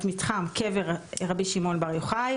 את מתחם קבר רבי שמעון בר יוחאי,